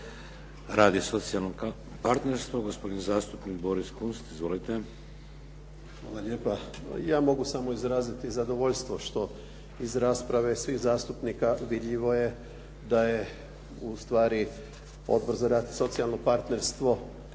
rad i socijalno partnerstvo, gospodin zastupnik Boris Kunst. Izvolite. **Kunst, Boris (HDZ)** Hvala lijepa. Ja mogu samo izraziti zadovoljstvo što iz rasprave svih zastupnika vidljivo je da je ustvari Odbor za rad i socijalno partnerstvo